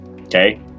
Okay